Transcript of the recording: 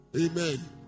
amen